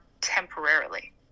temporarily